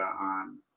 on